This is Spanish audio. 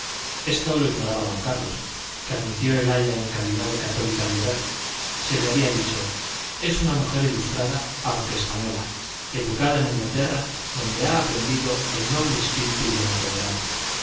esto lo ignoraba don carlos que admitió el aya en calidad de católica liberal se le había dicho es una mujer ilustrada aunque española educada en inglaterra donde ha aprendido el noble espíritu de la tolerancia